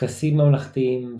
טקסים ממלכתיים ועוד